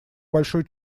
большой